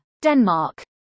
Denmark